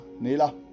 nila